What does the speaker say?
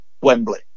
Wembley